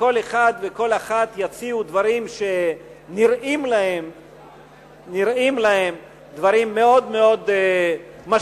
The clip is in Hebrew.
וכל אחד וכל אחת יציעו דברים שנראים להם דברים מאוד מאוד משמעותיים,